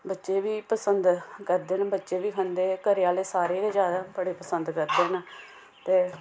बच्चे बी पसंद करदे घरेआह्ले सारे गै जादा बड़े पसंद करदे ते